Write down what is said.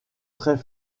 très